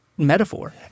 Metaphor